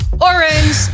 orange